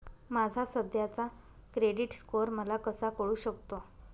माझा सध्याचा credit score मला कसा कळू शकतो?